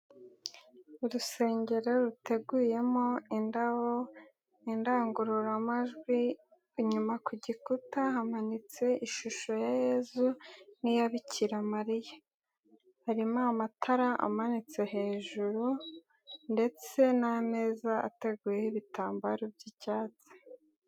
Urusengero ruteguyemo indabo, indangururamajwi, inyuma ku gikuta hamanitse ishusho ya Yezu n'iya Bikiramariya. Harimo amatara amanitse hejuru ndetse n'ameza ateguyeho ibitambaro by'icyatsi.